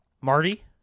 Marty